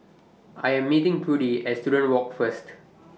I Am meeting Prudie At Student Walk First